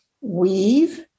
Weave